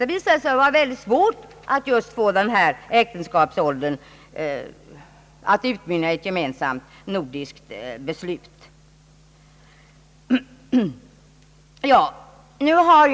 Det tycks vara svårt att åstadkomma ett gemensamt nordiskt beslut i fråga om äktenskapsåldern.